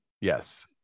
Yes